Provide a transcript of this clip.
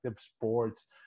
sports